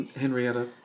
Henrietta